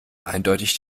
eindeutig